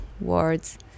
words